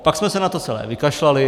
Pak jsme se na to celé vykašlali.